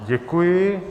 Děkuji.